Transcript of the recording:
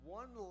one